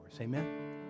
amen